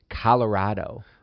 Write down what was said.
Colorado